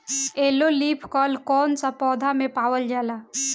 Yellow leaf curl कौन सा पौधा में पावल जाला?